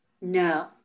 No